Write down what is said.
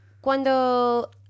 Cuando